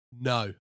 No